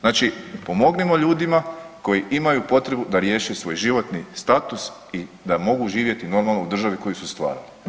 Znači pomognimo ljudima koji potrebu da riješe svoj životni status i da mogu živjeti normalno u državi koju su stvarali.